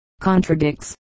contradicts